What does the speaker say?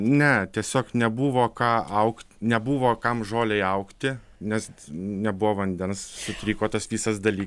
ne tiesiog nebuvo ką augt nebuvo kam žolei augti nes nebuvo vandens sutriko tas visas daly